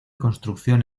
construcción